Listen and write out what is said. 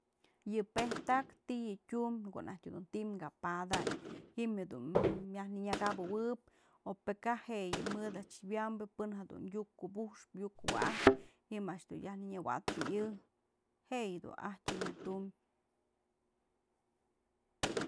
Yë pe'ej ta'aktë ti'i yë tyumbë, në ko'o najtyë dun ti'i ka padanyë ji'im jedun myaj nënyëkabëwëb opë kaj je'e yë mëd a'ax wyambë pën jedun yu'uk kubu'uxpë, yu'uk kuwa'ajpë ji'im a'ax dun yaj nënyëwa'atëyë jë yëdun ajtyë nyë tum.